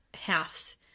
house